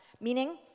meaning